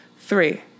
Three